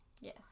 Yes